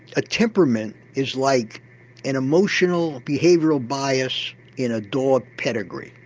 a temperament is like an emotional behavioural bias in a dog pedigree.